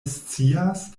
scias